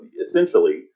essentially